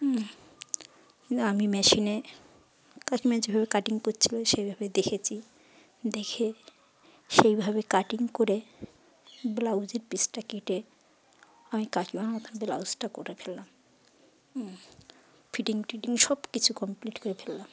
হ কিন্তু আমি মেশিনে কাকিমা যেভাবে কাটিং করছিলো সেইভাবে দেখেছি দেখে সেইভাবে কাটিং করে ব্লাউজের পিসটা কেটে আমি কাকিমার মতন ব্লাউজটা করে ফেললাম ফিটিং টিটিং সব কিছু কমপ্লিট করে ফেললাম